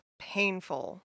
painful